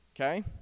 okay